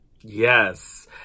Yes